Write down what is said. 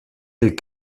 les